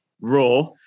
Raw